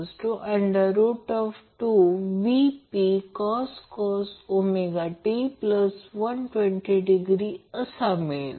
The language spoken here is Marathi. म्हणून P p नंतर फेज पॉवर साठी p 3 असेल p 3 Vp I p cos असेल म्हणून फेजसाठी Pp Vp I p cos असेल